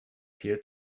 peer